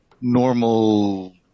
normal